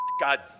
God